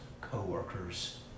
co-workers